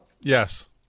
Yes